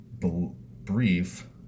brief